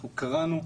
אנחנו קראנו,